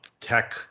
tech